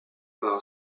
par